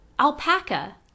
alpaca